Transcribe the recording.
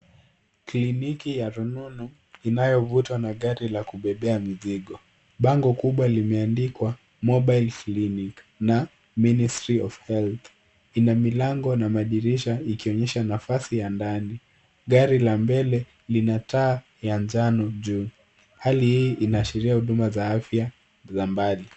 Kliniki ya rununu inayovutwa na gari la kubebea mzigo. Bango kubwa limeandikwa Mobile Clinic na Ministry of Health. Ina milango na madirisha ikionyesha nafasi ya ndani. Gari la mbele lina taa ya njano juu. Hali hii inaashiria huduma za afya za mbali.